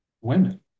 women